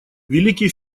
великий